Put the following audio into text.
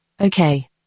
Okay